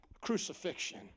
crucifixion